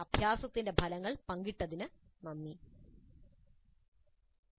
അഭ്യാസത്തിന്റെ ഫലങ്ങൾൽ പങ്കിട്ടതിന് നന്ദി story